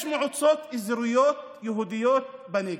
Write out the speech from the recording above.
יש מועצות אזוריות יהודיות בנגב.